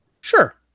Sure